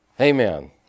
Amen